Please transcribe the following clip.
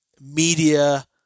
media